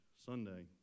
Sunday